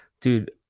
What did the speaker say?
dude